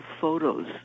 Photos